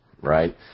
right